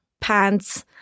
pants